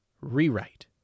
rewrite